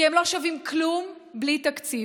כי הם לא שווים כלום בלי תקציב.